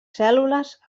cèl·lules